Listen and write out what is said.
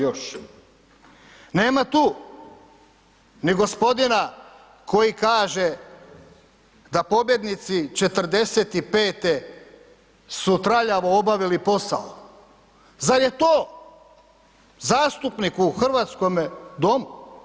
Nema tu ni gospodina koji kaže da pobjednici '45. su traljavo obavili posao, zar je to zastupnik u hrvatskome domu?